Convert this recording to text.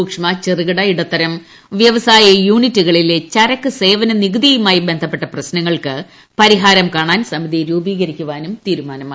സൂക്ഷ്മ ചെറുകിട ഇടത്തരം വൃവസായ യൂണിറ്റുകളിലെ ചരക്കു സേവന നികുതിയുമായി ബന്ധപ്പെട്ട പ്രശ്നങ്ങൾക്ക് പരിഹാരം കാണാൻ സമിതി രൂപീകരിക്കുവാനും തീരുമാനമായി